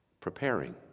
preparing